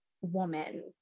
woman